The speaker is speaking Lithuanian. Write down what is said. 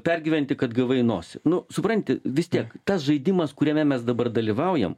pergyventi kad gavai į nosį nu supranti vis tiek tas žaidimas kuriame mes dabar dalyvaujam